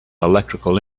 electrical